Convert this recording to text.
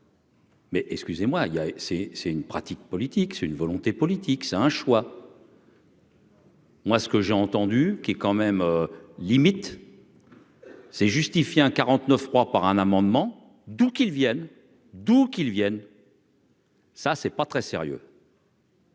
a, c'est, c'est une pratique politique, c'est une volonté politique, c'est un choix. Moi ce que j'ai entendu qu'est quand même limite. C'est justifié, hein, 49 froid par un amendement, d'où qu'ils viennent d'où qu'ils viennent. ça, c'est pas très sérieux.